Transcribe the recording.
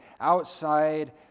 outside